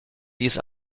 dies